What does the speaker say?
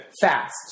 fast